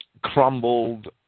crumbled